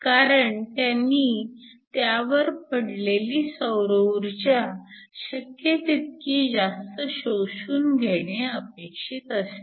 कारण त्यांनी त्यांवर पडलेली सौर ऊर्जा शक्य तितकी जास्त शोषून घेणे अपेक्षित असते